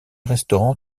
restaurant